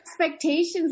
expectations